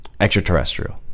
extraterrestrial